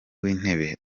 w’intebe